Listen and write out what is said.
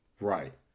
Right